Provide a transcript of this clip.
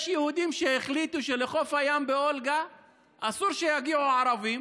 יש יהודים שהחליטו שלחוף הים באולגה אסור שיגיעו ערבים.